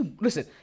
Listen